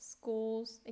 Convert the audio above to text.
schools